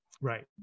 Right